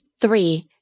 Three